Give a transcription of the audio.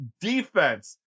defense